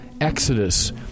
exodus